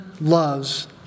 loves